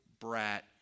brat